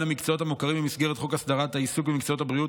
המקצועות המוכרים במסגרת חוק הסדרת העיסוק במקצועות הבריאות,